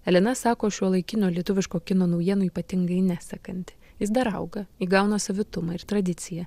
elena sako šiuolaikinio lietuviško kino naujienų ypatingai nesekanti jis dar auga įgauna savitumą ir tradiciją